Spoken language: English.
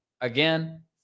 Again